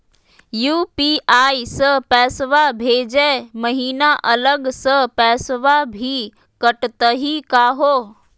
UPI स पैसवा भेजै महिना अलग स पैसवा भी कटतही का हो?